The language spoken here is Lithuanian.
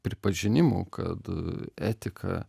pripažinimu kad etika